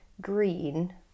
green